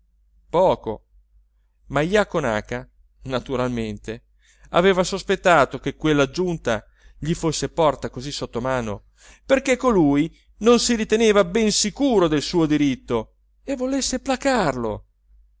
poco ma jaco naca naturalmente aveva sospettato che quella giunta gli fosse porta così sottomano perché colui non si riteneva ben sicuro del suo diritto e volesse placarlo